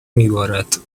میبارد